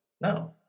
No